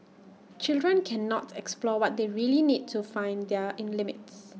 children cannot explore what they really need to find their in limits